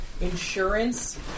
insurance